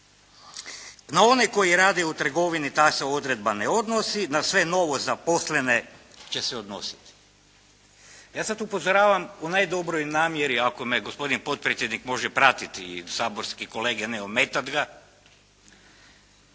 Na one koji rade u trgovini ta se odredba ne odnosi, na sve novo zaposlene će se zaposliti. Ja sada tu upozoravam u najdobroj namjeri, ako me gospodin potpredsjednik može pratiti i saborski kolege ne ometati ga,